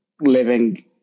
living